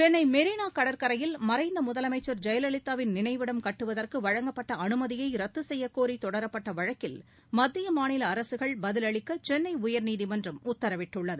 சென்னை மெரினா கடற்கரையில் மறைந்த முதலமைச்சா் ஜெயலலிதாவின் நினைவிடம் கட்டுவதற்கு வழங்கப்பட்ட அனுமதியை ரத்து செய்யக்கோரி தொடரப்பட்ட வழக்கில் மத்திய மாநில அரசுகள் பதிலளிக்க சென்னை உயர்நீதிமன்றம் உத்தரவிட்டுள்ளது